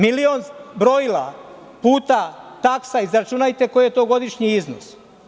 Milion brojila puta taksa, izračunajte koji je to godišnji iznos.